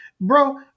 Bro